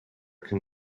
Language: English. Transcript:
can